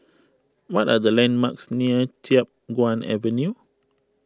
what are the landmarks near Chiap Guan Avenue